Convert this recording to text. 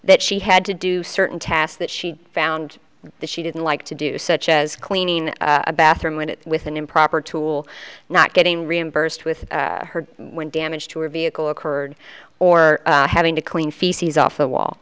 that she had to do certain tasks that she found that she didn't like to do such as cleaning a bathroom when it with an improper tool not getting reimbursed with her when damage to her vehicle occurred or having to clean feces off the wall